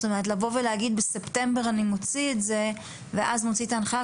זאת אומרת לבוא ולהגיד בספטמבר אני מוציא את זה ואז מוציא את ההנחיה,